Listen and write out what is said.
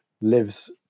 lives